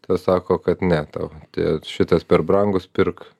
ta sako kad ne tau tie šitas per brangus pirk